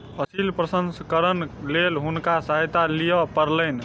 फसिल प्रसंस्करणक लेल हुनका सहायता लिअ पड़लैन